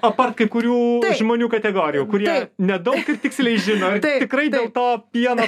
apart kai kurių žmonių kategorijų kurie nedaug ir tiksliai žino ir tikrai dėl to pieno